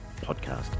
podcast